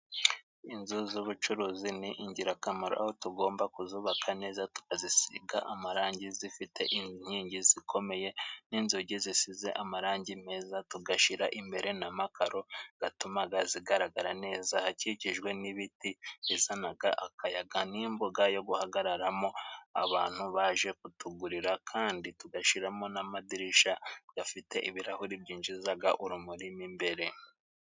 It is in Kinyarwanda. Inzu z'ubucuruzi ni ingirakamaro, aho tugomba kuzubaka neza tukazisiga amarangi, zifite inkingi zikomeye n'inzugi zisize amarangi meza, tugashyira imbere n'amakaro atuma zigaragara neza akikijwe n'ibiti bizana akayaga n'imbuga yo guhagararamo abantu baje kutugurira kandi tugashyiramo n'amadirishya afite ibirahuri byinjiza urumuri imbere